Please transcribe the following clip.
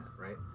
right